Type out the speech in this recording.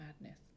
madness